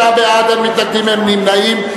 56 בעד, אין מתנגדים ואין נמנעים.